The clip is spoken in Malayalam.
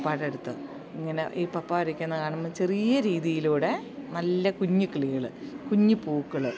പപ്പയുടെ അടുത്ത് ഇങ്ങനെ ഈ പപ്പ വരക്കുന്നതു കാണുമ്പോൾ ചെറിയ രീതിയിലൂടെ നല്ല കുഞ്ഞിക്കിളികൾ കുഞ്ഞു പൂക്കൾ